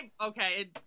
Okay